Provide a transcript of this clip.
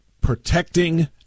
protecting